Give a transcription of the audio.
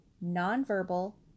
non-verbal